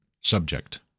subject